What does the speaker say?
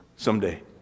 Someday